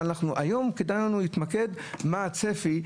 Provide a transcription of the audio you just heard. היום כדאי לנו להתמקד בצפי,